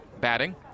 Batting